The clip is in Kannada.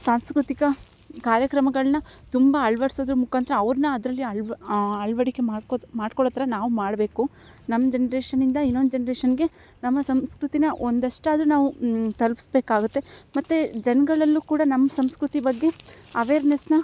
ಸಾಂಸ್ಕೃತಿಕ ಕಾರ್ಯಕ್ರಮಗಳನ್ನ ತುಂಬ ಅಳ್ವಡಿಸೋದ್ರ ಮುಖಾಂತ್ರ ಅವ್ರನ್ನ ಅದರಲ್ಲಿ ಅಳ್ವ ಅಳವಡಿಕೆ ಮಾಡ್ಕೊ ಮಾಡ್ಕೊಳೋಥರ ನಾವು ಮಾಡಬೇಕು ನಮ್ಮ ಜನರೇಷನಿಂದ ಇನ್ನೊಂದು ಜನರೇಷನ್ಗೆ ನಮ್ಮ ಸಂಸ್ಕೃತಿನ ಒಂದಷ್ಟಾದರು ನಾವು ತಲುಪ್ಸಬೇಕಾಗುತ್ತೆ ಮತ್ತು ಜನಗಳಲ್ಲು ಕೂಡ ನಮ್ಮ ಸಂಸ್ಕೃತಿ ಬಗ್ಗೆ ಅವೆರ್ನೆಸ್ನ